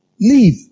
leave